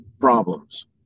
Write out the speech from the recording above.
problems